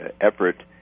effort